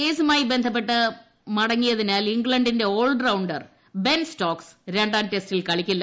കേസുമായി ബന്ധപ്പെട്ട് മടങ്ങിയതിനാൽ ഇംഗ്ലണ്ടിന്റെ ഓൾ റൌണ്ടർ ബെൻ സ്റ്റോക്സ് രണ്ടാം ടെസ്റ്റിൽ കളിക്കില്ല